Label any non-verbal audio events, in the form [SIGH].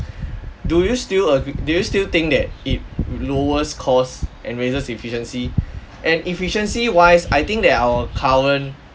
do you still agree do you still think that it lowers cost and raises efficiency [BREATH] and efficiency-wise I think that our current